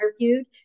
interviewed